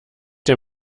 der